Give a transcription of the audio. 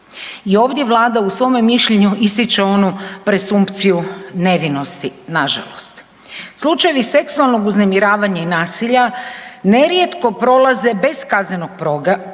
I ovdje Vlada u svome mišljenju ističe onu presumpciju nevinosti, nažalost. Slučajevi seksualnog uznemiravanja i nasilja nerijetko prolaze bez kaznenog progona,